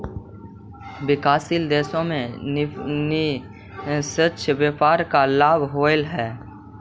विकासशील देशों में निष्पक्ष व्यापार का लाभ होवअ हई